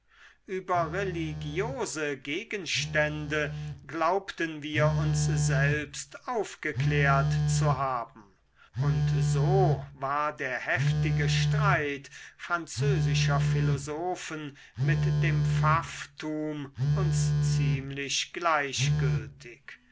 über religiose gegenstände glaubten wir uns selbst aufgeklärt zu haben und so war der heftige streit französischer philosophen mit dem